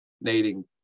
needing